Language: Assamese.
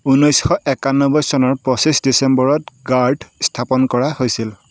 ঊনৈছশ একানব্বৈ চনৰ পঁচিছ ডিচেম্বৰত গাৰ্ড স্থাপন কৰা হৈছিল